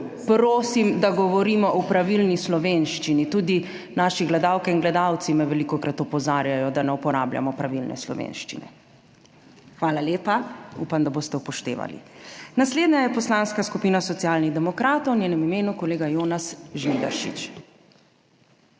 prosim, da govorimo v pravilni slovenščini, tudi naše gledalke in gledalci me velikokrat opozarjajo, da ne uporabljamo pravilne slovenščine. Hvala lepa. Upam, da boste upoštevali. Naslednja je Poslanska skupina Socialnih demokratov, v njenem imenu kolega Jonas Žnidaršič.